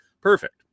perfect